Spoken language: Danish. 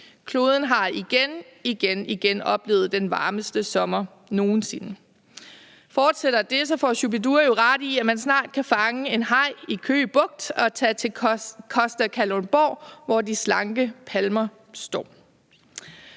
Kloden har igenigen oplevet den varmeste sommer nogen sinde. Fortsætter det, får Shu-bi-dua jo ret i, at man snart kan fange en haj i Køge bugt og tage til Costa Kalundborg, hvor de slanke palmer står.